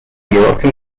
moroccan